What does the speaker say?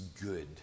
good